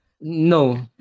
No